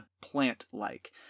plant-like